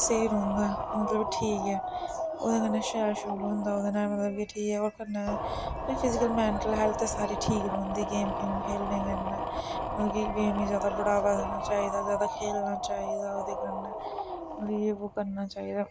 स्हेई रौंहदा मतलब ठीक ऐ ओह्दे कन्नै शैल शुल होंदा ओह्दे मतलब कि ठीक ऐ कन्नै फिजीकल मैंटल हैल्थ सारी ठीक रौंहदी गेम गूम खेलने कन्नै मतलब कि गेम गी ज्यादा बढ़ावा देना चाहिदा ज्यादा खेलना चाहिदा ओहदे कन्नै मतलब जे वो करना चाहिदा